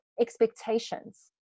expectations